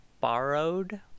borrowed